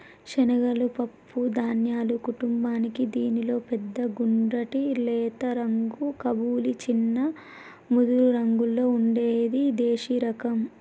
శనగలు పప్పు ధాన్యాల కుటుంబానికీ దీనిలో పెద్ద గుండ్రటి లేత రంగు కబూలి, చిన్న ముదురురంగులో ఉండే దేశిరకం